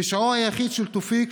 פשעו היחיד של תאופיק,